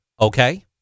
okay